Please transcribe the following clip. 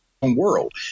world